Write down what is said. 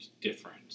different